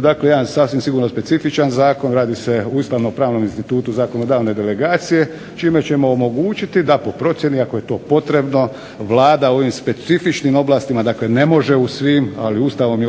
dakle jedan sasvim sigurno specifičan zakon. Radi se o ustavnopravnom institutu zakonodavne delegacije čime ćemo omogućiti da po procjeni ako je to potrebno Vlada ovim specifičnim oblastima, dakle ne može u svim ali Ustavom je određeno